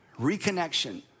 reconnection